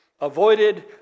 avoided